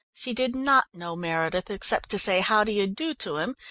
she did not know meredith, except to say how-do-you-do to him,